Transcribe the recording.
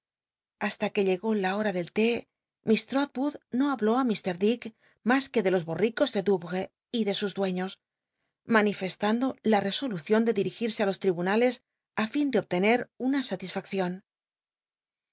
hasta que llegó la hora del té miss trotwood no habló á iir dick mas qnc de los borricos de douvres y de sus dueños manifestando la rcsolucion de dirijirse á jos tribunales á fin de obtener una